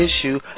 issue